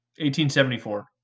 1874